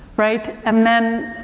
right? and then,